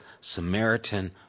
Samaritan